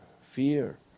fear